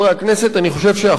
אני חושב שהחוק הזה,